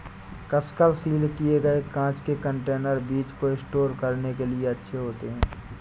कसकर सील किए गए कांच के कंटेनर बीज को स्टोर करने के लिए अच्छे होते हैं